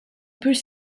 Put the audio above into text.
peut